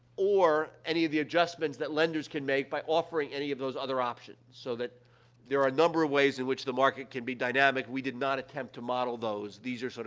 or any of the adjustments that lenders can make by offering any of those other options, so that there are a number of ways in which the market can be dynamic. we did not attempt to model those. these are, so